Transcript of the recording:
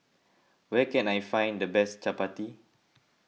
where can I find the best Chapati